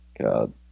God